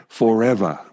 forever